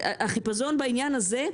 החיפזון בעניין הזה,